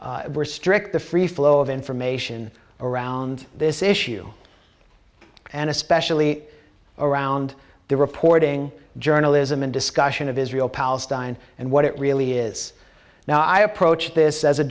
restrict the free flow of information around this issue and especially around the reporting journalism and discussion of israel palestine and what it really is now i approached this as a